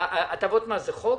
הטבות מס זה חוק,